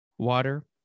Water